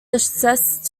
assessed